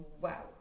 Wow